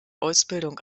ausbildung